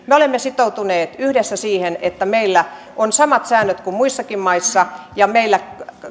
me olemme sitoutuneet yhdessä siihen että meillä on samat säännöt kuin muissakin maissa ja meillä